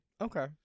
Okay